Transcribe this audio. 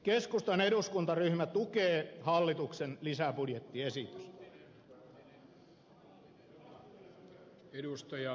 keskustan eduskuntaryhmä tukee hallituksen lisäbudjettiesitystä